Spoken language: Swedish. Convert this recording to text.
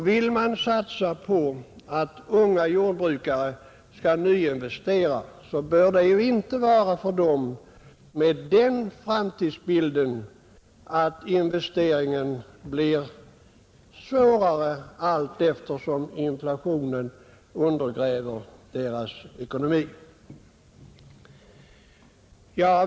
Vill man satsa på att unga jordbrukare skall nyinvestera bör det inte ske med den framtidsbilden för dem att existensen blir svårare allt eftersom inflationen undergräver deras ekonomi.